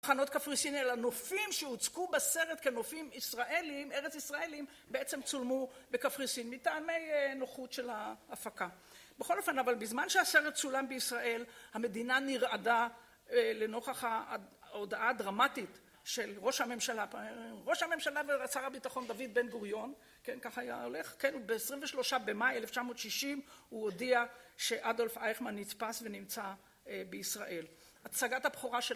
מחנות קפריסין, אלא נופים שהוצגו בסרט כנופים ישראליים, ארץ ישראליים, בעצם צולמו בקפריסין, מטעמי נוחות של ההפקה. בכל אופן, אבל בזמן שהסרט צולם בישראל, המדינה נרעדה לנוכח ההודעה הדרמטית של ראש הממשלה, ראש הממשלה ושר הביטחון דוד בן גוריון, כן, ככה היה הולך, כן, ב-23 במאי 1960, הוא הודיע שאדולף אייכמן נתפס ונמצא בישראל. הצגת הבכורה של...